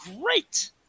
great